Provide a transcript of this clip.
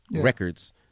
records